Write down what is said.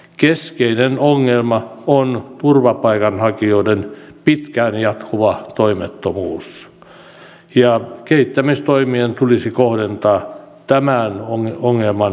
keskeinen ongelma on turvapaikanhakijoiden pitkään jatkuva toimettomuus ja kehittämistoimia tulisi kohdentaa tämän ongelman ratkaisemiseen